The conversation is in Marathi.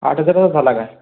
आठ हजाराचा झाला काय